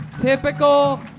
typical